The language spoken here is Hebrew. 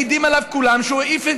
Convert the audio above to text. מעידים עליו כולם שהוא העיף,